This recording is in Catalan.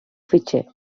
fitxer